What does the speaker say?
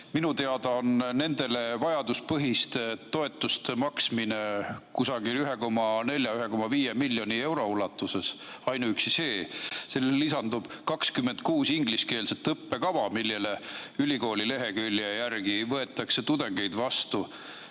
Minu teada makstakse nendele vajaduspõhist toetust 1,4 kuni 1,5 miljoni euro ulatuses ja sellele lisandub 26 ingliskeelset õppekava, millele ülikooli lehekülje järgi võetakse tudengeid vastu,